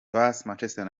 manchester